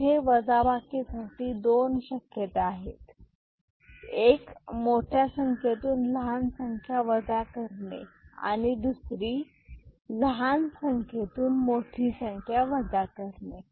येथे वजाबाकी साठी दोन शक्यता आहेत एक मोठ्या संख्येतून लहान संख्या वजा करणे आणि दुसरी लहान संख्येतून मोठी संख्या वजा करणे